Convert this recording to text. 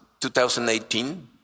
2018